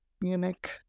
Munich